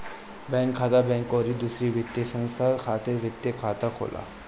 bank खाता, bank अउरी दूसर वित्तीय संस्था खातिर वित्तीय खाता होला